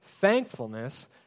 thankfulness